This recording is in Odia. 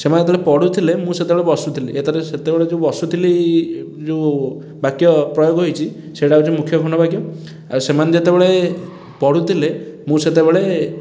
ସେମାନେ ଯେତେବେଳେ ପଢ଼ୁଥିଲେ ମୁଁ ସେତେବେଳେ ବସୁଥିଲି ଏଥେରେ ସେତେବେଳେ ଯେଉଁ ବସୁଥିଲି ଯେଉଁ ବାକ୍ୟ ପ୍ରୟୋଗ ହେଇଛି ସେଇଟା ହେଉଛି ମୁଖ୍ୟ ଖଣ୍ଡବାକ୍ୟ ଆଉ ସେମାନେ ଯେତେବେଳେ ପଢ଼ୁଥିଲେ ମୁଁ ସେତେବେଳେ